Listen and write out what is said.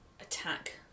attack